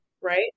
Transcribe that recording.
Right